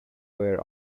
were